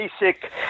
basic